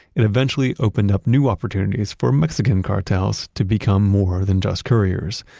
it eventually opened up new opportunities for mexican cartels to become more than just couriers.